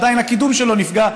עדיין הקידום שלו נפגע,